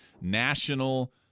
national